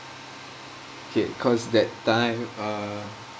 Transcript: K cause that time uh